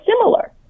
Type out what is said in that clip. similar